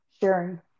sharing